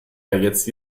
jetzt